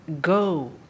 go